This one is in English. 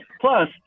plus